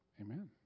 Amen